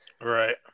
Right